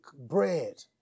bread